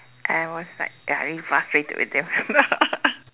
I was like ya I really frustrated with them